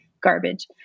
garbage